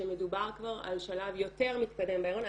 כשמדובר כבר על שלב יותר מתקדם בהריון,